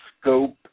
scope